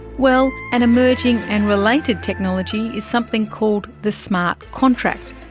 well, an emerging and related technology is something called the smart contract.